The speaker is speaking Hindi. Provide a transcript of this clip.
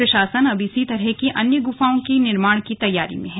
प्रशासन अब इसी तरह की अन्य ध्यान गुफाओं के निर्माण की तैयारी में है